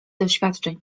doświadczeń